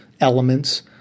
elements